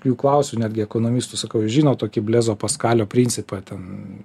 jų klausiu netgi ekonomistų sakau jūs žinot tokį blezo paskalio principą ten